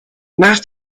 nach